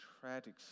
tragic